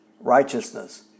righteousness